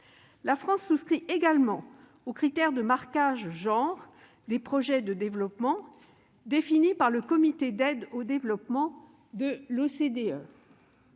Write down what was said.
La France souscrit également aux critères de marquage « genre » des projets de développement, définis par le Comité d'aide au développement de l'OCDE.